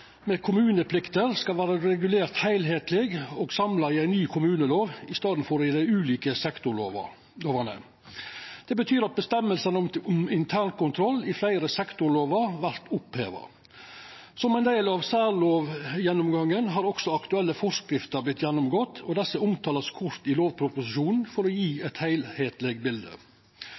med kommuneplikter skal vera regulert heilskapleg og samla i ein ny kommunelov i staden for i dei ulike sektorlovane. Det betyr at føresegnene om internkontroll i fleire sektorlovar vert oppheva. Som ein del av særlovgjennomgangen har også aktuelle forskrifter vorte gjennomgått, og desse vert kort omtala i lovproposisjonen for å gje eit heilskapleg bilde.